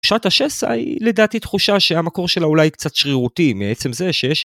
שעת השסע היא לדעתי תחושה שהמקור שלה אולי קצת שרירותי בעצם זה שיש.